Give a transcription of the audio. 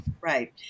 Right